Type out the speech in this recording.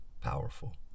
powerful